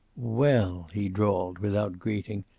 well! he drawled, without greeting.